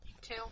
Two